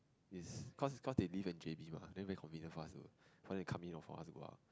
it's cause cause they live in J_B mah then very convenient for us to go for they come in or for us to go out